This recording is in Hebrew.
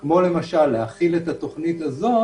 למשל להחיל את התוכנית הזאת